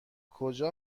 کجا